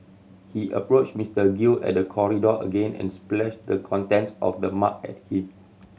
he approached Mister Gill at the corridor again and splashed the contents of the mug at him